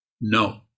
No